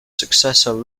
successor